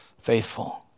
faithful